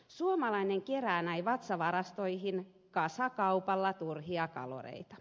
suomalainen kerää näin vatsavarastoihin kasakaupalla turhia kaloreita